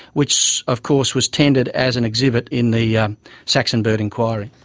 which of course was tendered as an exhibit in the yeah saxon bird inquiry.